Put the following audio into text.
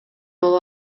боло